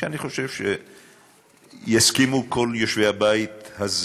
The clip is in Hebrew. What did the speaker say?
אני חושב שיסכימו כל יושבי הבית הזה